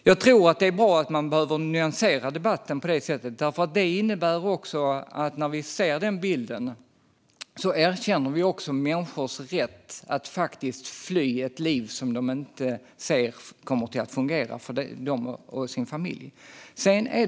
Jag tror att det är bra att nyansera debatten, för när vi ser denna bild erkänner vi också människors rätt att fly från ett liv som inte fungerar för dem och deras familj. Fru talman!